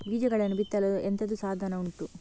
ಬೀಜಗಳನ್ನು ಬಿತ್ತಲು ಎಂತದು ಸಾಧನ ಉಂಟು?